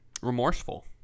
remorseful